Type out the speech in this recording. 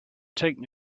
taken